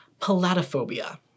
palatophobia